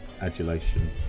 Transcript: adulation